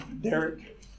Derek